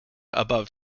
above